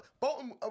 Bolton